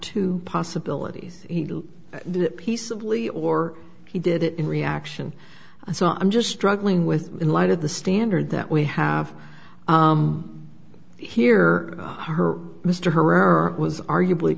two possibilities peaceably or he did it in reaction so i'm just struggling with in light of the standard that we have here her mr herrera was arguably